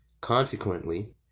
Consequently